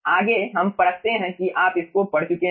आगे हम परखते हैं कि आप इसको पढ़ चुके हैं